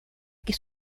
que